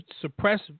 suppress